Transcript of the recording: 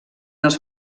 els